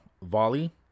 volley